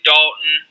Dalton